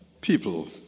people